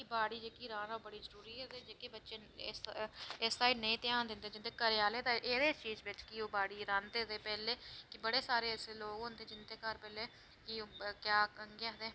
खेती बाड़ी जेह्की राह्ना बड़ी जरूरी ऐ जेह्के बच्चे इस साईड नेईं ध्यान दिंदे घरै आह्ले ते एह्दे चीज़ बिच ओह् बाड़ी राहंदे पैह्लें ते बड़े सारे ऐसे लोक होंदे जिंदे घर पैह्ले केह् आक्खदे ओह्